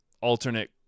alternate